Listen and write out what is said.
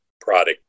product